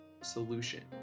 Solution